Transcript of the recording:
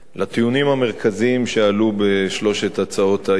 המרכזיים שעלו בשלוש הצעות האי-אמון.